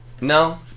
No